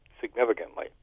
significantly